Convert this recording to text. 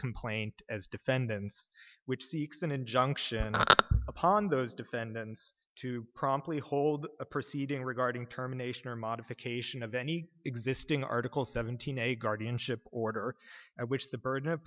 complaint as defendant which seeks an injunction upon those defendants to promptly hold a proceeding regarding terminations or modification of any existing article seventeen a guardianship order at which the burden of